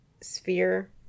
sphere